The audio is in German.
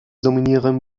dominieren